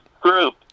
group